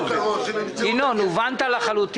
רוב הכסף לא הוצא.